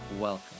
Welcome